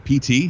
pt